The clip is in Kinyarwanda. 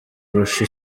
urusha